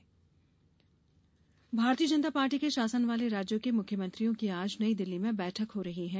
मुख्यमंत्री बैठक भारतीय जनता पार्टी के शासन वाले राज्यों के मुख्यमंत्रियों की आज नई दिल्ली में बैठक हो रही है